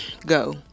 go